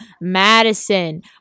madison